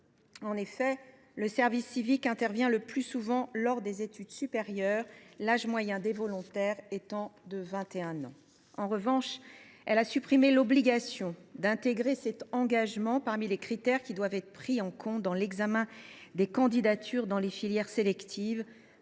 En effet, le service civique intervient le plus souvent lors des études supérieures, l’âge moyen des volontaires étant de 21 ans. En revanche, elle a supprimé l’obligation d’intégrer cet engagement parmi les critères devant être pris en compte dans l’examen des candidatures dans les filières sélectives.